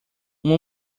uma